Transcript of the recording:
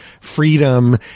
freedom